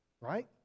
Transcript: right